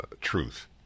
truth